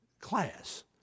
class